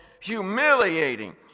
humiliating